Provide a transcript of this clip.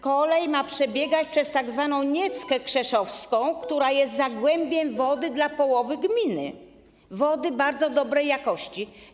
Kolej ma przebiegać przez tzw. Nieckę Krzeszowską, która jest zagłębiem wody dla połowy gminy, wody bardzo dobrej jakości.